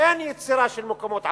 אין יצירה של מקומות עבודה.